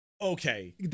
okay